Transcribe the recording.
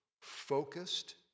focused